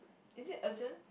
is it urgent